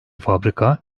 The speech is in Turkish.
fabrika